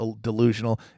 delusional